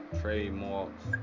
trademarks